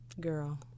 girl